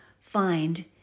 find